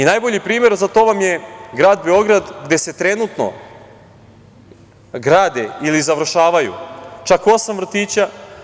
Najbolji primer za to vam je grad Beograd gde se trenutno grade ili završavaju čak osam vrtića.